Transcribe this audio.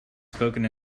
spoken